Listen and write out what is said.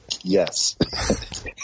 yes